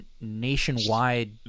nationwide